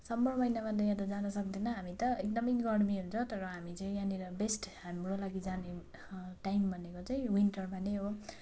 summer महिनामा त यहाँ त जान सक्दैन हामी त एकदम गर्मी हुन्छ तर हामी चाहिँ बेस्ट हाम्रो लागि जाने टाइम भनेको चाहिँ विन्टरमा नै हो